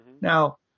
Now